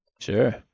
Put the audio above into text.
Sure